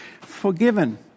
forgiven